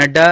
Nadda